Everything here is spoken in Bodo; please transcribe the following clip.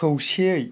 खौसेयै